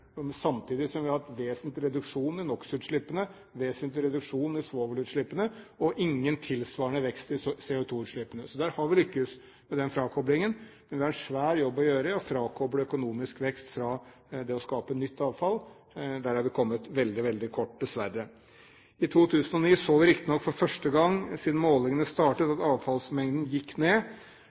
samtidig som vi har hatt en vesentlig reduksjon i NOx-utslippene, en vesentlig reduksjon i svovelutslippene og ingen tilsvarende vekst i CO2-utslippene. Så der har vi lyktes med den frakoblingen, men vi har en svær jobb å gjøre med å frakoble økonomisk vekst fra det å skape nytt avfall. Der har vi kommet veldig, veldig kort, dessverre. I 2009 så vi riktignok for første gang siden målingene startet, at avfallsmengden gikk ned,